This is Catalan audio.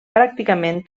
pràcticament